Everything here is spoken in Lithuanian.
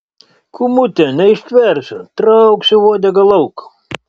kūmute neištversiu trauksiu uodegą lauk